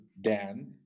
Dan